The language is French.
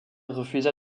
refusa